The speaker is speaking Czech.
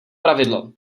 pravidlo